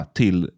till